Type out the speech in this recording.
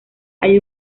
hay